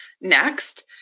Next